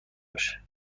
باشه